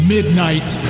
Midnight